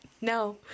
No